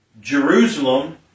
Jerusalem